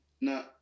No